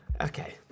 Okay